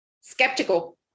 skeptical